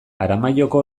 aramaioko